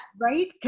Right